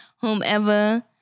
whomever